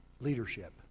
leadership